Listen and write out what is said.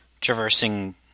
traversing